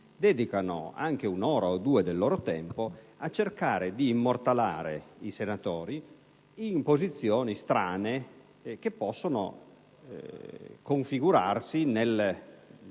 dedicano anche un'ora o due del loro tempo a cercare di immortalare i senatori in posizioni strane che possono essere assunte